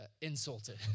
insulted